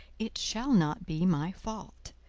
it shall not be my fault.